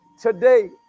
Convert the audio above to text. Today